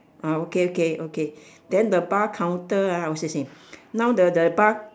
ah okay okay okay then the bar counter ah also same now the the bar